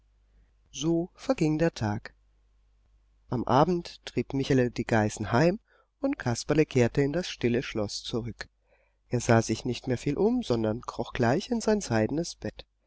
so verging der tag am abend trieb michele die geißen heim und kasperle kehrte in das stille schloß zurück er sah sich nicht mehr viel um sondern kroch gleich in sein seidenes bett